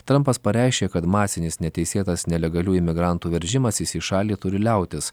trampas pareiškė kad masinis neteisėtas nelegalių imigrantų veržimasis į šalį turi liautis